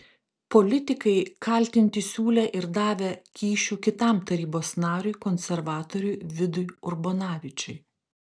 politikai kaltinti siūlę ir davę kyšių kitam tarybos nariui konservatoriui vidui urbonavičiui